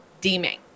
deeming